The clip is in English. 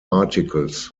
articles